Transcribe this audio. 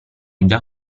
già